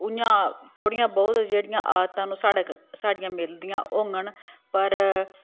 उयां थोह्ड़ियां बोह्त जेह्ड़ियां आदतां न ओह् साढ़े क साढ़ियां मिलदियां होङन पर